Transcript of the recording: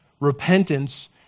Repentance